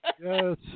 Yes